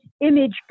image